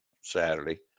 Saturday